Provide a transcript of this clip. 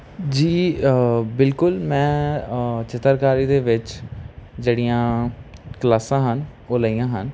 ਜੀ ਬਿਲਕੁਲ ਮੈਂ ਚਿੱਤਰਕਾਰੀ ਦੇ ਵਿੱਚ ਜਿਹੜੀਆਂ ਕਲਾਸਾਂ ਹਨ ਉਹ ਲਈਆਂ ਹਨ